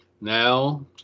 now